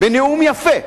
בנאום יפה,